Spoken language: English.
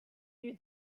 you